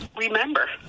remember